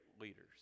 leaders